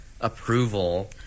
approval